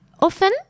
often